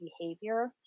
behavior